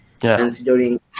Considering